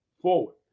forward